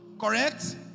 correct